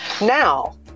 Now